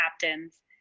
captains